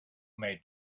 may